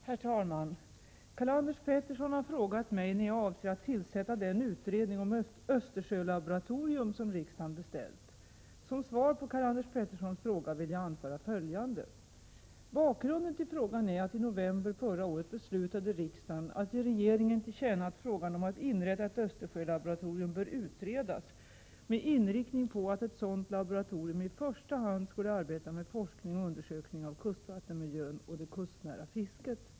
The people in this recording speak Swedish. Herr talman! Karl-Anders Petersson har frågat mig när jag avser att tillsätta den utredning om ett Östersjölaboratorium som riksdagen beställt. Som svar på Karl-Anders Peterssons fråga vill jag anföra följande. Bakgrunden till frågan är att riksdagen i november förra året beslutade att ge regeringen till känna att frågan om att inrätta ett Östersjölaboratorium bör utredas med inriktning på att ett sådant laboratorium i första hand skulle arbeta med forskning och undersökning av kustvattenmiljön och det kustnära fisket.